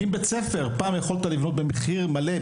אם בית ספר פעם יכולת לבנות במחיר מלא,